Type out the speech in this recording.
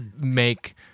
make